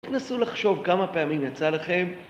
תנסו לחשוב כמה פעמים יצא לכם